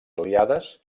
aliades